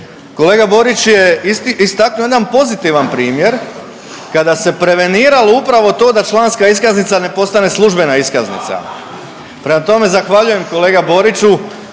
Kolega Borić je istaknuo jedan pozitivan primjer kada se preveniralo upravo to da članska iskaznica ne postane službena iskaznica. Prema tome, zahvaljujem kolega Boriću